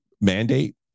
mandate